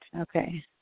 Okay